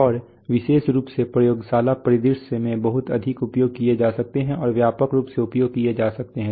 और विशेष रूप से प्रयोगशाला परिदृश्य में बहुत अधिक उपयोग किया जा सकता है और व्यापक रूप से उपयोग किया जा सकता है